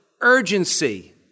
urgency